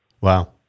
wow